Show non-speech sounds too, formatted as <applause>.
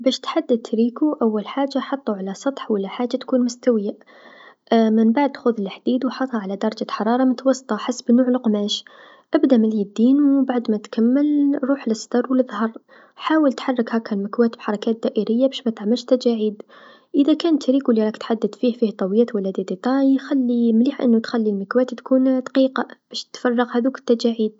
باش تحدد تريكو أول حاجه حطو على سطح أو حاجه تكون مستويه <hesitation> منبعد خذ الحديد و حطها على درجة حراره متوسطه حسب نوع القماش، أبدا من اليدين و بعد ما تتكمل روح للصدر و ظهر حاول تحرك هكا المكواة بحركات دائريه باش متعملش تجاعيد، إذا كان تريكو لراك تحدد فيه ، فيه طويات و لا تفاصيل خلي مليح أنو تخلي المكواة تكون دقيقه باش تفرغ هاذوك التعاجيد.